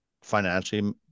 financially